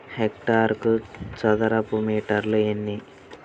హెక్టారుకు చదరపు మీటర్లు ఎన్ని?